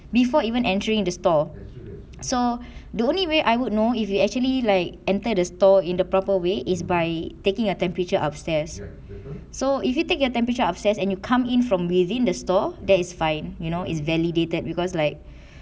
before even entering the store so the only way I would know if you actually like enter the store in the proper way is by taking a temperature upstairs so if you take your temperature upstairs and you come in from within the store that is fine you know it's validated because like